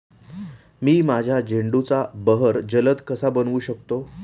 मी माझ्या झेंडूचा बहर जलद कसा बनवू शकतो?